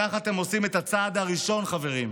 בכך אתם עושים את הצעד הראשון, חברים,